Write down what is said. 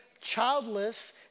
childless